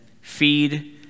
feed